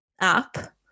app